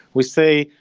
we say,